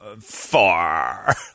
Far